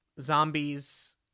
zombies